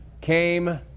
came